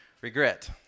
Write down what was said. regret